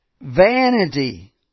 Vanity